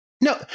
No